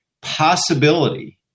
possibility –